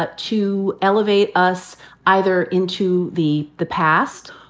but to elevate us either into the the past,